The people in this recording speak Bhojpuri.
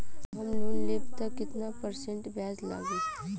हम लोन लेब त कितना परसेंट ब्याज लागी?